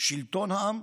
שלטון העם,